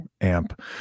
amp